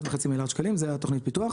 שקלים, זה התוכנית פיתוח,